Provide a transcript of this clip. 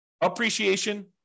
appreciation